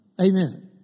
Amen